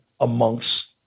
amongst